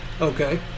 Okay